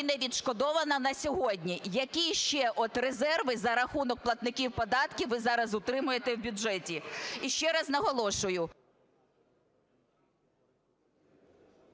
не відшкодована на сьогодні? Які ще резерви за рахунок платників податків ви зараз утримуєте в бюджеті? І ще раз наголошую…